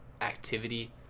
activity